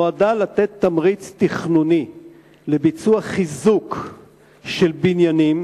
נועדה לתת תמריץ תכנוני לביצוע חיזוק של בניינים